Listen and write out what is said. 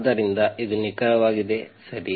ಆದ್ದರಿಂದ ಇದು ನಿಖರವಾಗಿ ಇದು ಸರಿ